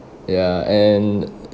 ya and